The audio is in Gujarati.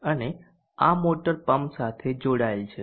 અને આ મોટર પંપ સાથે જોડાયેલ છે